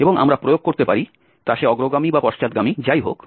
এবং আমরা প্রয়োগ করতে পারি তা সে অগ্রগামী বা পশ্চাৎগামী যাই হোক